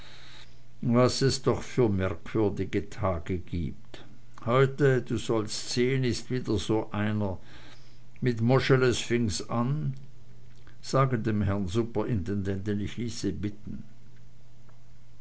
was es doch für merkwürdige tage gibt heute du sollst sehn ist wieder so einer mit moscheles fing's an sage dem herrn superintendenten ich ließe bitten